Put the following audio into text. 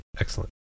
excellent